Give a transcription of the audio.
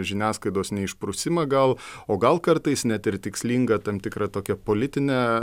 žiniasklaidos neišprusimą gal o gal kartais net ir tikslinga tam tikrą tokią politinę